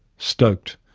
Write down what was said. stoked,